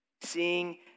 seeing